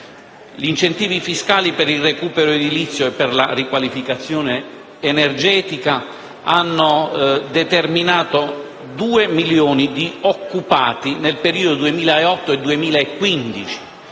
Gli incentivi fiscali per il recupero edilizio e la riqualificazione energetica hanno determinato due milioni di occupati nel periodo 2008-2015